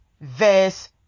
verse